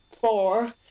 four